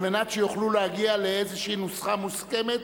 כדי שיוכלו להגיע לאיזו נוסחה מוסכמת,